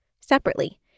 Separately